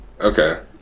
okay